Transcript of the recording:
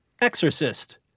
exorcist